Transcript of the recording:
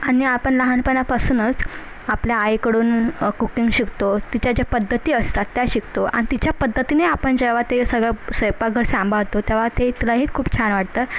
आणि आपण लहानपणापासूनच आपल्या आईकडून कुकिंग शिकतो तिच्या ज्या पद्धती असतात त्या शिकतो आणि तिच्या पद्धतीने आपण जेव्हा ते सगळं स्वयंपाकघर सांभाळतो तेव्हा ते तिलाही खूप छान वाटतं